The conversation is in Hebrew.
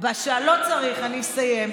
לא צריך, אני אסיים.